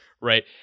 right